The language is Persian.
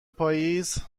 پاییز